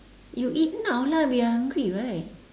you eat now lah we are hungry right